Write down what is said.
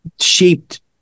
shaped